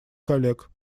коллег